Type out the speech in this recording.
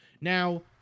Now